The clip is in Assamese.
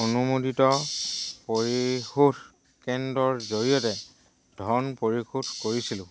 অনুমোদিত পৰিশোধ কেন্দ্ৰৰ জৰিয়তে ধন পৰিশোধ কৰিছিলো